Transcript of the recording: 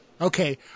Okay